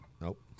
Nope